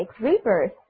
rebirth